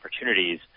opportunities